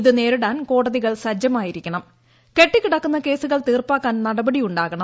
ഇത് നേരിടാൻ കോടതികൾ സജ്ജമായിരിക്കണം കെട്ടിക്കിടക്കുന്ന കേസുകൾ തീർപ്പാക്കാൻ നടപടിയുണ്ടാകണം